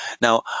Now